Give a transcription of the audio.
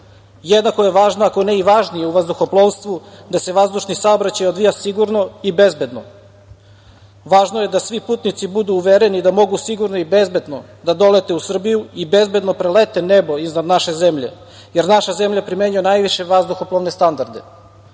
je važna, ako ne važnija u vazduhoplovstvu da se vazdušni saobraćaj odvija sigurno i bezbedno. Važno je da svi putnici budu uvereni da mogu sigurno i bezbedno da dolete u Srbiju i bezbedno prelete nebo iznad naše zemlje, jer naša zemlja primenjuje najviše vazduhoplovne standarde.